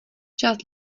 část